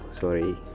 Sorry